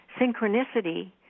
synchronicity